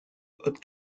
haute